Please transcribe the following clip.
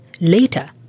Later